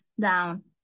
down